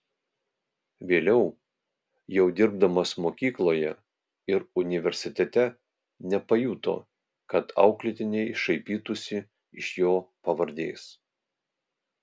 vėliau jau dirbdamas mokykloje ir universitete nepajuto kad auklėtiniai šaipytųsi iš jo pavardės